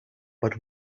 but